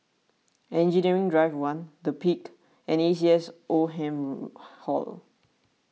Engineering Drive one the Peak and A C S Oldham Hall